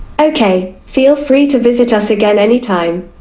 okay, feel free to visit us again any time.